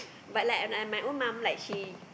but like and I my own mom like she